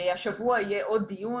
השבוע יהיה עוד דיון.